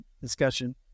discussion